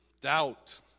doubt